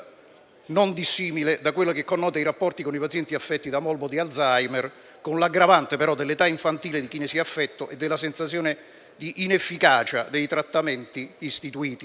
non dissimile da quella che connota i rapporti con i pazienti affetti da morbo di Alzheimer, ma con l'aggravante dell'età infantile di chi ne sia affetto e della sensazione di inefficacia dei trattamenti terapeutici